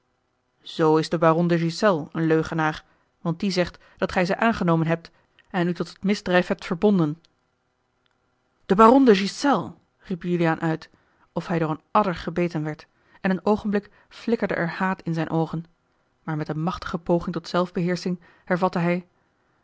zoo is de baron de ghiselles een leugenaar want die zegt dat gij ze aangenomen hebt en u tot het misdrijf hebt verbonden de baron de ghiselles riep juliaan uit of hij door een adder gebeten werd en een oogenblik flikkerde er haat in zijne oogen maar met eene machtige poging tot zelfbeheersching hervatte hij